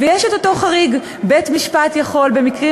ויש את אותו חריג: בית-משפט יכול במקרים